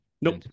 Nope